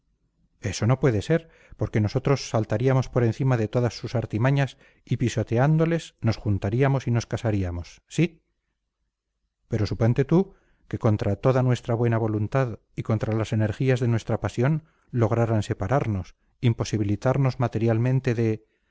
eso no puede ser porque nosotros saltaríamos por encima de todas sus artimañas y pisoteándoles nos juntaríamos y nos casaríamos sí pero suponte tú que contra toda nuestra buena voluntad y contra las energías de nuestra pasión lograran separarnos imposibilitarnos materialmente de